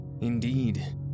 Indeed